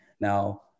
Now